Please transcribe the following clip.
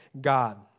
God